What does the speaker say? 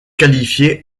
qualifiée